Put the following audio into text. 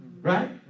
right